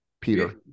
Peter